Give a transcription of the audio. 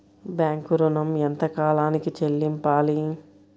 Bank ఋణం ఎంత కాలానికి చెల్లింపాలి?